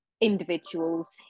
individuals